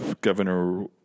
Governor